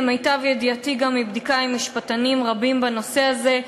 למיטב ידיעתי גם מבדיקה עם משפטנים רבים בנושא הזה,